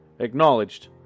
acknowledged